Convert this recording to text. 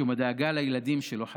משום הדאגה לילדים שלא חטאו.